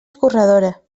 escorredora